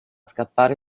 scappare